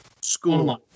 School